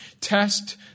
test